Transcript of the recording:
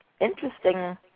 interesting